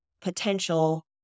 potential